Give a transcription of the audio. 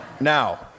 Now